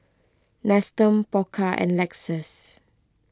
Nestum Pokka and Lexus